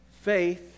Faith